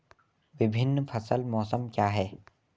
विभिन्न फसल मौसम क्या हैं?